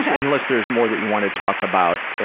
and unless there's more you want to talk about,